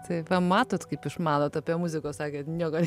tai va matot kaip išmanot apie muziką sakėt nieko